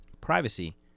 privacy